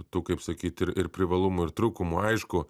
tų kaip sakyt ir ir privalumų ir trūkumų aišku